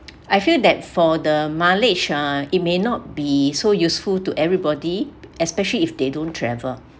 I feel that for the mileage ah it may not be so useful to everybody especially if they don't travel